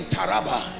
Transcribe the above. Taraba